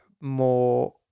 more